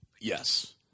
Yes